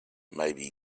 maybe